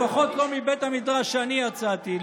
לפחות לא מבית המדרש שאני יצאתי ממנו,